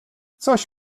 coś